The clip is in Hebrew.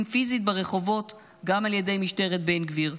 פיזית ברחובות גם על ידי משטרת בן גביר,